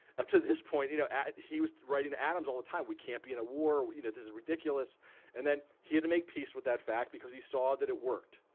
up to this point you know he was writing to adams all the time. we can't be in a war you know. this is ridiculous and then he had to make peace with that fact because he saw that it worked.